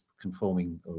conforming